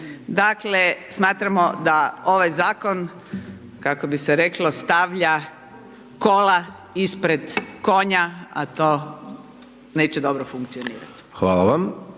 Dakle, smatramo da ovaj Zakon, kako bi se reklo, stavlja kola ispred konja, a to neće dobro funkdionirat. **Hajdaš